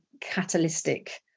catalytic